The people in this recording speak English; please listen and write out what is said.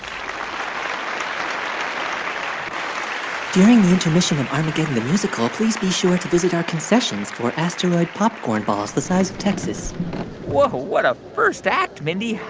um intermission of armageddon the musical, please be sure to visit our concessions for asteroid popcorn balls the size of texas whoa. what a first act, mindy.